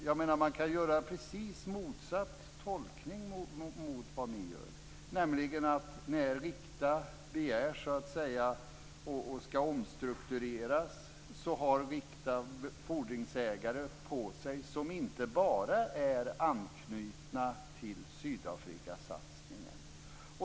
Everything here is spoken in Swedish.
Jag menar att man kan göra precis motsatt tolkning mot vad ni gör, nämligen den att när Rikta begär detta och ska omstruktureras så har Rikta fordringsägare på sig som inte bara är anknutna till Sydafrikasatsningen.